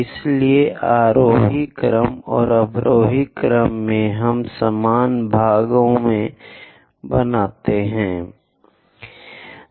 इसलिए आरोही क्रम और अवरोही क्रम में हम समान भागों बनाते हैं